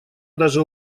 даже